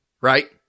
right